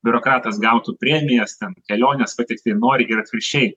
biurokratas gautų premijas ten kelionės ko tiktai nori ir atvirkščiai